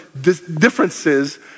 differences